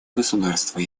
государства